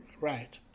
Right